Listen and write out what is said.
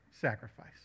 sacrifice